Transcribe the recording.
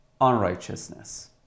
Unrighteousness